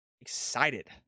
excited